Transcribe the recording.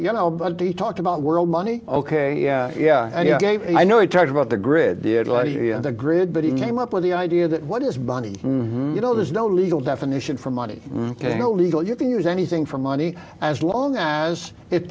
you know but he talked about world money ok yeah i gave and i know he talked about the grid the grid but he came up with the idea that what is bonnie you know there's no legal definition for money you know legal you can use anything for money as long as it